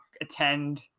attend